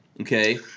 okay